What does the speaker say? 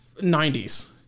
90s